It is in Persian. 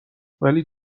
ولی